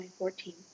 2014